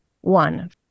one